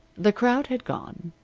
the crowd had gone.